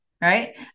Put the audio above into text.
right